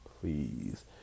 please